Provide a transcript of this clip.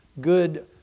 Good